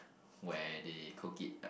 where they cook it